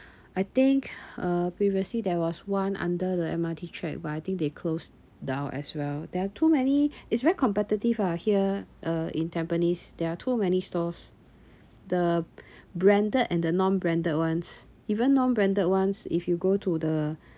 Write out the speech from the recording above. I think uh previously there was one under the M_R_T track but I think they closed down as well there are too many it's very competitive ah here uh in tampines there are too many stores the branded and the non branded ones even non branded ones if you go to the